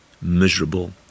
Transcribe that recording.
miserable